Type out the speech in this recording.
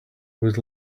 was